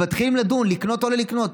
ומתחילים לדון: לקנות או לא לקנות,